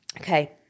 okay